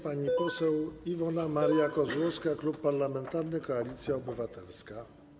Pani poseł Iwona Maria Kozłowska, Klub Parlamentarny Koalicja Obywatelska.